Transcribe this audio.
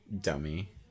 Dummy